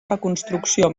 reconstrucció